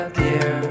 dear